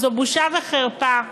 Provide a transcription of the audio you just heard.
זו בושה וחרפה.